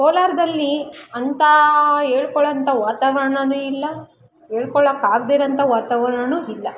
ಕೋಲಾರದಲ್ಲಿ ಅಂಥ ಹೇಳ್ಕೊಳ್ಳಂಥ ವಾತಾವರಣನೂ ಇಲ್ಲ ಹೇಳ್ಕೊಳಕ್ಕಾಗದೆ ಇರುವಂಥ ವಾತಾವರಣನೂ ಇಲ್ಲ